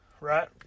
Right